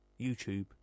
YouTube